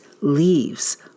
leaves